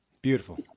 Beautiful